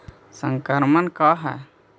संक्रमण का है?